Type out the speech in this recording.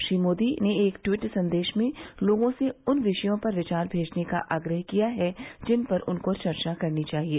श्री मोदी ने एक ट्वीट संदेश में लोगों से उन विषयों पर विचार भेजने का आग्रह किया है जिन पर उनको चर्चा करनी चाहिये